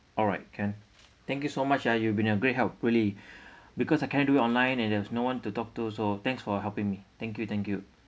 alright can thank you so much ah you've been a great help really because I can't do it online and there was no one to talk to so thanks for helping me thank you thank you